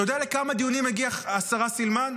אתה יודע לכמה דיונים הגיעה השרה סילמן?